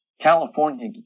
California